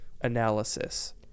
analysis